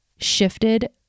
shifted